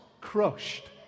crushed